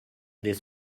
this